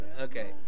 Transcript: Okay